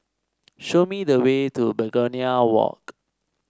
show me the way to Begonia Walk